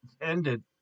ended